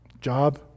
job